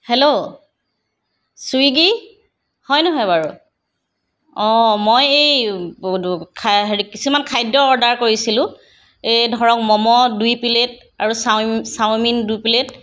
hello Swiggy হয় নহয় বাৰু অঁ মই এই খা হেৰি কিছুমান খাদ্য অৰ্ডাৰ কৰিছিলোঁ এই ধৰক মম' দুই প্লেট আৰু চাও চাওমিন দুই প্লেট